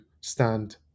stand